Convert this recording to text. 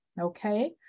okay